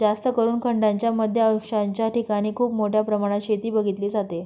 जास्तकरून खंडांच्या मध्य अक्षांशाच्या ठिकाणी खूप मोठ्या प्रमाणात शेती बघितली जाते